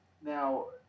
Now